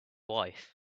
wife